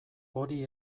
hori